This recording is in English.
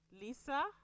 Lisa